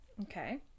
Okay